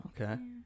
Okay